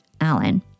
Allen